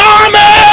army